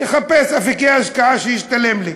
ואחפש אפיקי השקעה שישתלמו לי.